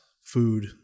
food